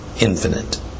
infinite